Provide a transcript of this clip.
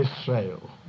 Israel